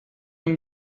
ein